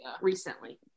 recently